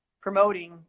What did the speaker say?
promoting